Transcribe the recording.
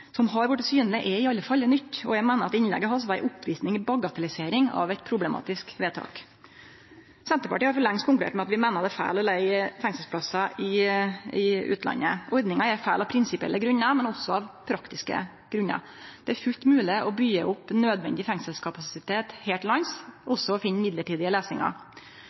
som har vorte synlege, er i alle fall noko nytt, og eg meiner at innlegget hans var ei oppvising i bagatellisering av eit problematisk vedtak. Senterpartiet har for lengst konkludert med at vi meiner det er feil å leige fengselsplassar i utlandet. Ordninga er feil av prinsipielle grunnar, men også av praktiske grunnar. Det er fullt mogleg å byggje opp nødvendig fengselskapasitet her til lands og å finne midlertidige løysingar.